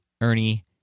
Ernie